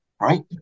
right